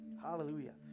Hallelujah